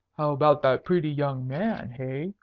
about that pretty young man? hey?